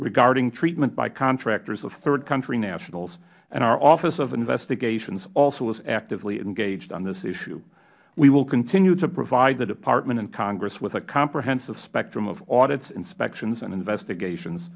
regarding treatment by contractors of third country nationals and our office of investigations also is actively engaged on this issue we will continue to provide the department and congress with a comprehensive spectrum of audits inspections and investigations